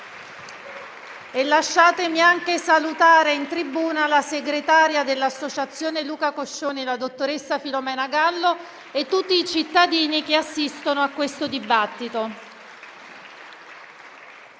Saluto altresì la segretaria dell'Associazione Luca Coscioni, dottoressa Filomena Gallo, e tutti i cittadini che assistono a questo dibattito